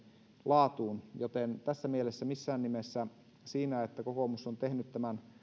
laatuun joten tässä mielessä missään nimessä siinä että kokoomus on tehnyt tämän